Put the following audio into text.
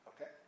Okay